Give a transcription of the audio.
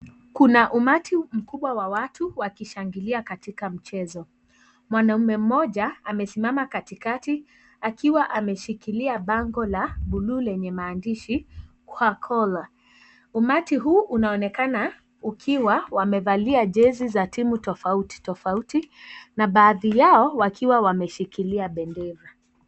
Kuna umati mkubwa wa watu, wakishangilia katika mchezo. Mwanaume mmoja, amesimama katikati, akiwa ameshikilia bango la blue ,lenye mandishi,'khwakhola'.Umati huu unaonekana ukiwa wamevalia jezi za timu tofauti tofauti na baadhi yao, wakiwa wameshikilia bendera.